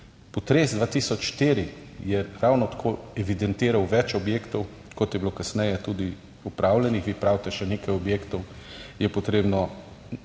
Potres 2004 je ravno tako evidentiral več objektov, kot je bilo kasneje tudi opravljenih. Vi pravite, še nekaj objektov je potrebno